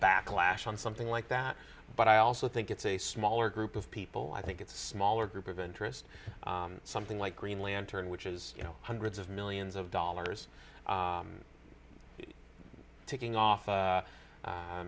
backlash on something like that but i also think it's a smaller group of people i think it's smaller group of interest something like green lantern which is you know hundreds of millions of dollars ticking off a